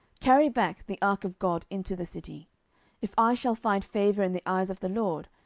carry back the ark of god into the city if i shall find favour in the eyes of the lord,